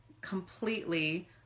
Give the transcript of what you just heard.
completely